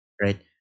right